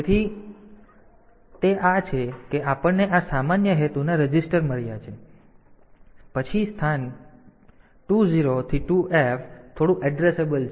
તેથી તે આ છે કે આપણને આ સામાન્ય હેતુના રજિસ્ટર મળ્યા છે પછી સ્થાન 20 થી 2F તેઓ થોડું એડ્રેસેબલ છે